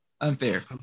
Unfair